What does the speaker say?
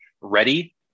ready